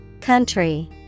Country